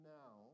now